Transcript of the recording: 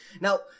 Now